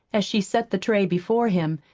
as she set the tray before him,